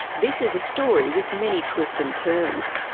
this is a story with many twists and turns.